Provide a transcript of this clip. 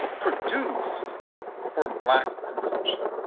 produced for black consumption.